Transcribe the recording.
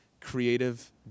creative